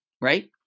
right